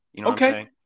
Okay